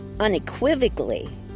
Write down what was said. unequivocally